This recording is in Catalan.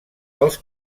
els